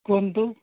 କୁହନ୍ତୁ